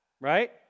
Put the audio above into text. right